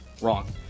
Wrong